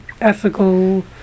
ethical